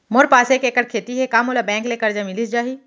मोर पास एक एक्कड़ खेती हे का मोला बैंक ले करजा मिलिस जाही?